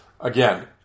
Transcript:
again